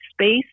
space